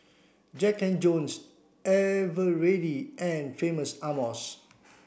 Jack and Jones Eveready and Famous Amos